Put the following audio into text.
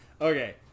Okay